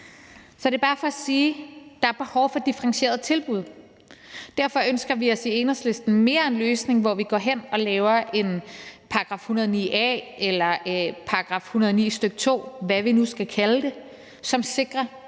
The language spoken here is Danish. Så det er bare for at sige, at der er behov for differentierede tilbud. Derfor ønsker vi os i Enhedslisten mere en løsning, hvor vi går hen og laver en § 109 a eller § 109 stk. 2 – eller hvad vi nu skal kalde det – som sikrer